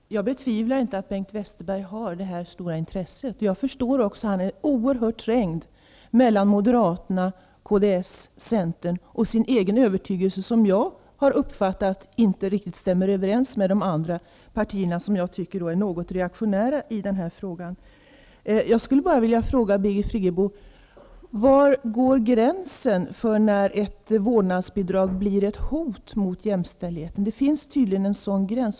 Herr talman! Jag betvivlar inte att Bengt Westerberg har ett stort intresse för dessa saker. Jag förstår att han är oerhört trängd mellan å ena sidan Moderaterna, Kristdemokraterna och Centern och å andra sidan sin egen övertygelse -- vilken, som jag har uppfattat Bengt Westerberg, inte riktigt överensstämmer med de andra partiernas. Jag tycker att de är något reaktionära i den här frågan. Jag skulle bara vilja fråga Birgit Friggebo: Var går gränsen för när ett vårdnadsbidrag blir ett hot mot jämställdheten? Det finns tydligen en sådan gräns.